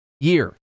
year